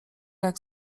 jak